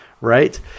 right